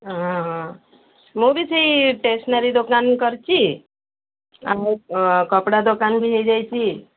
ହଁଁ ହଁ ମୁଁ ବି ସେଇ ଷ୍ଟେସନାରୀ ଦୋକାନ କରିଛି ଆଉ କପଡ଼ା ଦୋକାନ ବି ହୋଇଯାଇଛି